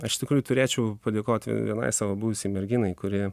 aš iš tikrųjų turėčiau padėkoti vienai savo buvusiai merginai kuri